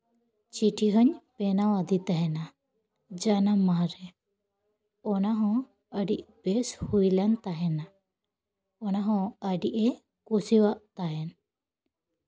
ᱪᱤᱴᱷᱤ ᱦᱚᱸᱧ ᱵᱮᱱᱟᱣ ᱟᱫᱮ ᱛᱟᱦᱮᱱᱟ ᱡᱟᱱᱟᱢ ᱢᱟᱦᱟᱨᱮ ᱚᱱᱟᱦᱚᱸ ᱟᱹᱰᱤᱵᱮᱥ ᱦᱩᱭᱞᱮᱱ ᱛᱟᱦᱮᱱᱟ ᱚᱱᱟᱦᱚᱸ ᱟᱹᱰᱤᱭᱮ ᱠᱩᱥᱤᱭᱟᱜ ᱛᱟᱦᱮᱱ